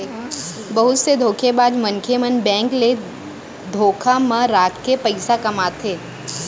बहुत से धोखेबाज मनसे मन बेंक ल धोखा म राखके पइसा कमाथे